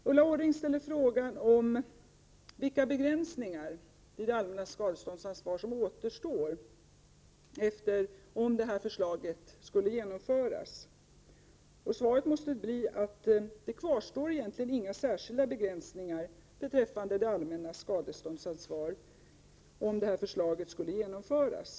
Ulla Orring ställde frågan om vilka begränsningar i det allmännas skadeståndsansvar som återstår om detta förslag skulle genomföras. Svaret måste bli att inga särskilda begränsningar egentligen kvarstår beträffande det allmännas skadeståndsansvar, om detta förslag skulle genomföras.